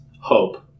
hope